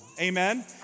Amen